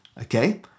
okay